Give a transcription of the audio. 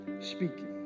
speaking